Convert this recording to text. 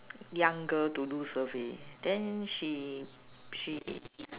young girl to do survey then she she